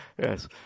Yes